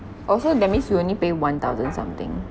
oh so that means you only pay one thousand something